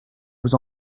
vous